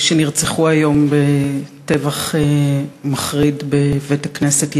שנרצחו היום בטבח מחריד בבית-הכנסת.